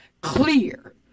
clear